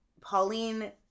Pauline